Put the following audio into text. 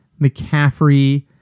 McCaffrey